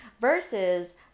versus